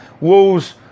Wolves